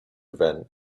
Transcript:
event